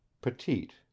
Petite